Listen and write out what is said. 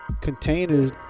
containers